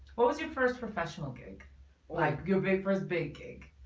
what was your first professional gig like give a birthday cake?